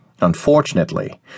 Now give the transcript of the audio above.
Unfortunately